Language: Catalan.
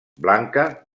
blanca